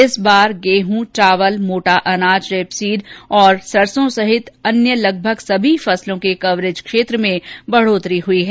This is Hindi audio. इस बार गेहद चावल मोटा अनाज रेपसीड और सरसों सहित अन्य लगभग सभी फसलों के कवरेज क्षेत्र में वृद्धि हुई है